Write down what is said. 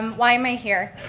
um why am i here?